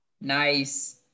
Nice